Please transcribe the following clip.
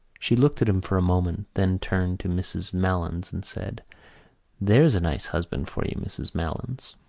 she looked at him for a moment, then turned to mrs. malins and said there's a nice husband for you, mrs. malins.